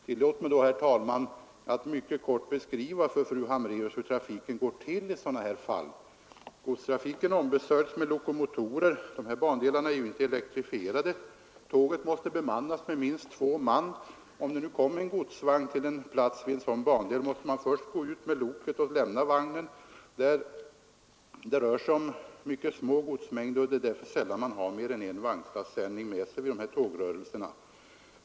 Tillåt mig då, herr talman, att mycket kort beskriva för fru Hambraeus hur trafiken går till i sådana fall. Godstrafiken ombesörjs med diesellok — dessa bandelar är inte elektrifierade. Tåget måste bemannas med minst två man. Om det kommer en godsvagn till en plats vid en sådan bandel, måste man först gå ut med loket och lämna vagnen. Det rör sig om mycket små godsmängder, och man har därför sällan mer än en vagnslastsändning med sig vid de här tågrörelserna.